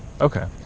Okay